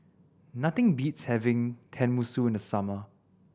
nothing beats having Tenmusu in the summer